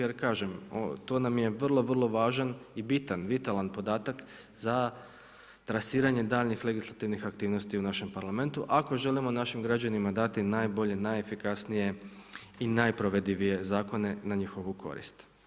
Jer kažem to nam je vrlo, vrlo važan i bitan vitalan podatak za trasiranje daljnjih legislativnih aktivnosti u našem parlamentu ako želimo naših građanima dati najbolje, najefikasnije i najprovedivije zakone na njihovu korist.